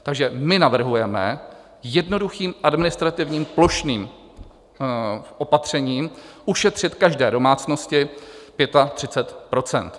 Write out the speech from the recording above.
Takže my navrhujeme jednoduchým administrativním plošným opatřením ušetřit každé domácnosti 35 %.